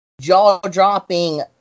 jaw-dropping